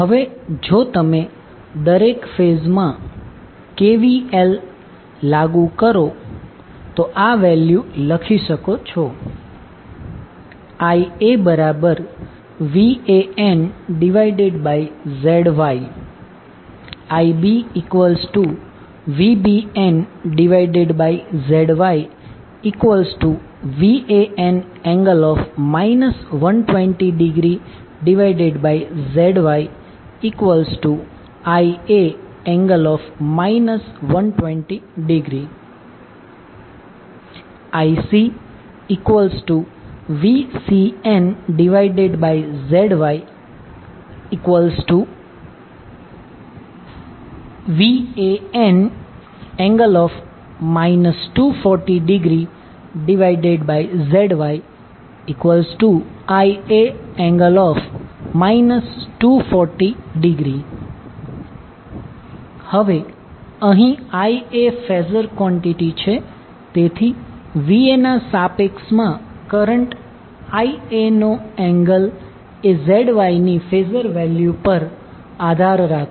હવે જો તમે દરેક ફેઝમાં KVL લાગુ કરો તો તમે આ વેલ્યુ લખી શકો છો IaVanZY IbVbnZYVan∠ 120°ZYIa∠ 120° IcVcnZYVan∠ 240°ZYIa∠ 240° હવે અહીં Ia ફેઝર ક્વોન્ટીટી છે તેથી Va ના સાપેક્ષમા કરંટ Iaનો એંગલ એ ZYની ફેઝર વેલ્યુ પર આધાર રાખશે